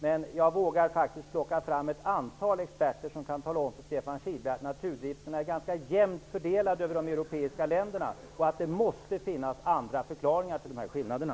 Men jag vågar faktiskt plocka fram ett antal experter som kan tala om för Stefan Kihlberg att naturdrifterna är ganska jämnt fördelade över de europeiska länderna och att det måste finnas andra förklaringar till skillnaderna.